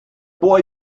boy